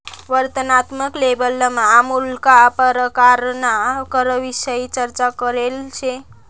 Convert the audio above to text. वर्णनात्मक लेबलमा मुक्ला परकारना करविषयी चर्चा करेल शे